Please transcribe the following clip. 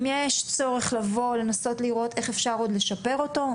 אם יש צורך לנסות ולראות איך אפשר עוד לשפר אותו,